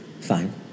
Fine